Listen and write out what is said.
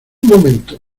momento